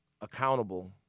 accountable